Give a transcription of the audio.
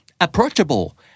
approachable